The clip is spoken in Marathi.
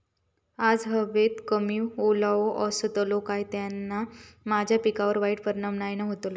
आज हवेत कमी ओलावो असतलो काय त्याना माझ्या पिकावर वाईट परिणाम नाय ना व्हतलो?